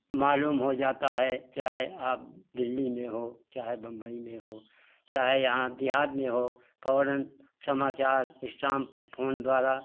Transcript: मालूम हो जाता है चाहे आप दिल्ली में हों चाहे बम्बई में हों चाहे यहाँ देहात में हो फ़ौरन समाचार स्टाम्प फोन द्वारा